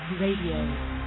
Radio